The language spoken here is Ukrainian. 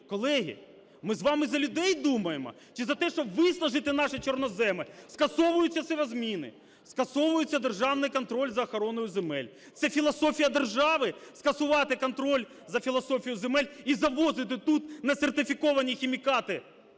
Колеги, ми з вами за людей думаємо чи за те, щоб виснажити наші чорноземи? Скасовуються сівозміни, скасовується державний контроль за охороною земель. Це філософія держави – скасувати контроль за філософією земель і завозити тут несертифіковані хімікати?